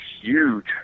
huge